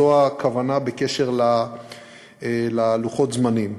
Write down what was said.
זו הכוונה בקשר ללוחות הזמנים.